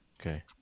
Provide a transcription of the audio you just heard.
Okay